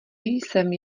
jsem